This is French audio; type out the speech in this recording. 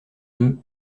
deux